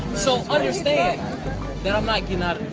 so understand that i'm like you know